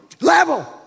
Level